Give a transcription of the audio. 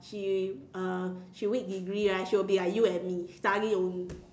she uh she read degree right she will be like you and me study only